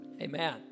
Amen